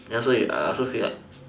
then also I also feel like